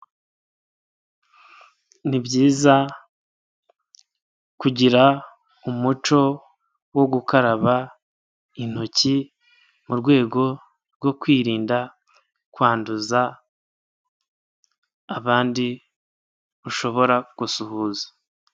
Ni byiza kugira umuco wo gukaraba intoki mu rwego rwo kwirinda kwanduza abandi ushobora gusuhuza.